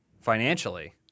financially